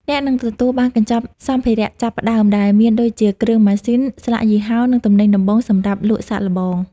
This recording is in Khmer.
អ្នកនឹងទទួលបាន "កញ្ចប់សម្ភារៈចាប់ផ្ដើម" ដែលមានដូចជា គ្រឿងម៉ាស៊ីន ស្លាកយីហោ និងទំនិញដំបូងសម្រាប់លក់សាកល្បង។